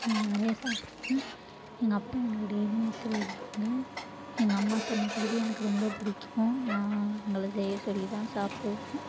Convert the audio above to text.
நிறையா சாப்பிடுவேன் எங்கள் அப்பா எனக்கு டெயிலியும் எடுத்துகிட்டு வருவாங்க எங்கள் அம்மா சமைக்கிறது எனக்கு ரொம்ப பிடிக்கும் நான் அவங்களை செய்ய சொல்லித்தான் சாப்பிடுவேன்